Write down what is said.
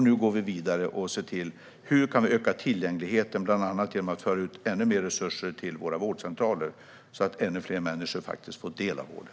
Nu går vi vidare med att öka tillgängligheten, bland annat genom att tillföra våra vårdcentraler ännu mer resurser så att ännu fler människor får del av vården.